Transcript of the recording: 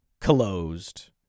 closed